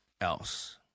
else